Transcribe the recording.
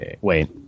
Wait